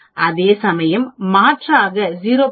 அதேசமயம் மாற்றாக 0